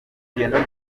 rugendo